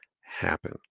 happen